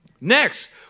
Next